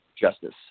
justice